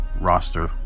roster